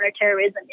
counterterrorism